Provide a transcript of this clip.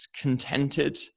contented